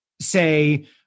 say